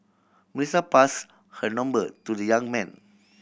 Melissa pass her number to the young man